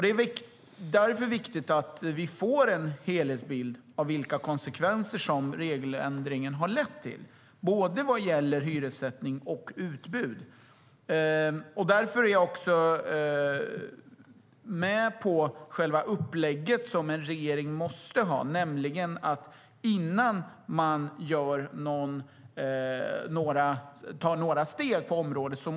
Därför är det viktigt att vi får en helhetsbild av vilka konsekvenser regeländringen har lett till när det gäller både hyressättning och utbud. Därför är jag med på själva upplägget som en regering måste ha, nämligen att en utvärdering måste göras innan man tar några steg på området.